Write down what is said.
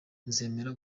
nzemera